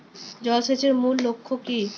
জল সেচের মূল লক্ষ্য কী?